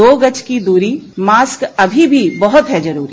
दो गज की दूरी मॉस्क अभी भी है जरूरी